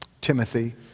Timothy